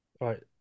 Right